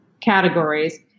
categories